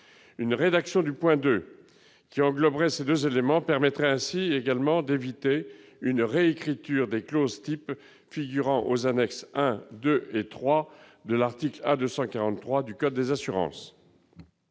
Une rédaction du point II qui engloberait ces deux éléments permettrait également d'éviter une réécriture des clauses types figurant aux annexes I, II et III de l'article A243-1 du code des assurances.